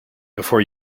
before